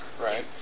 right